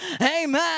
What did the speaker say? amen